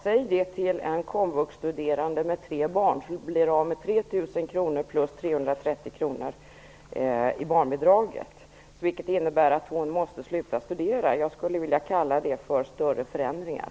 Säg det till en komvux-studerande med tre barn som blir av med 3 000 kronor plus 330 kronor av barnbidraget, vilket innebär att hon måste sluta studera. Jag skulle vilja kalla det för större förändringar.